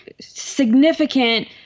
significant